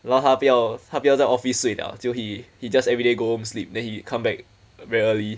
然后他不要他不要在 office 睡 liao so he he just everyday go home sleep then he come back very early